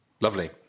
Lovely